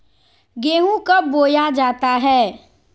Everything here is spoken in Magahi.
गेंहू कब बोया जाता हैं?